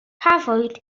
cafwyd